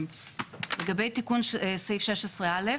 לגבי תיקון סעיף 16 א',